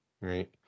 Right